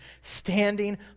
standing